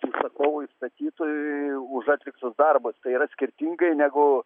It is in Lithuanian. užsakovui statytojui už atliktus darbus tai yra skirtingai negu